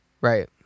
right